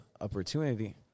opportunity